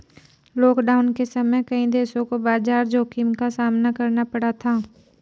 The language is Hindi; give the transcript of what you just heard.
लॉकडाउन के समय कई देशों को बाजार जोखिम का सामना करना पड़ा था